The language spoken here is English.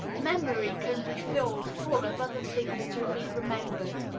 memory can be filled full of other things to be remembered.